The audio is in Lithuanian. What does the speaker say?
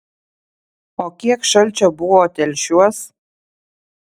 o kiek šalčio buvo telšiuos